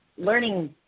learning